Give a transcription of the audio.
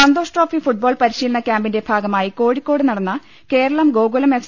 Santhosh trophy football പരിശീലന ക്യാമ്പിന്റെ ഭാഗമായി കോഴിക്കോട് നടന്ന കേരളം ഗോകുലം എഫ്